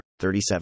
37